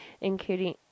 including